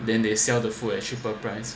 then they sell the food at cheaper price